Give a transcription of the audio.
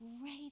great